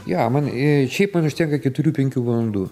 jo man ir šiaip man užtenka keturių penkių valandų